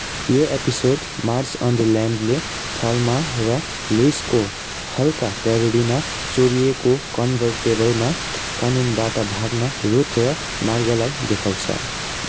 यो episode march on the ल्याम्पले थलमा र लुसको हल्का पेरिडीमा चोरिएको कन्बरटेबलमा कानुनबाट भाग्न रूथ र मार्गलाई देखाउँछ